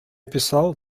писал